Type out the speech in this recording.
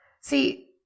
See